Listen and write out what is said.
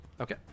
Okay